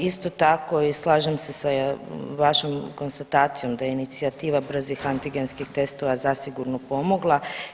Isto tako i slažem se sa vašom konstatacijom da inicijativa brzih antigenskih testova zasigurno pomogla.